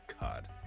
god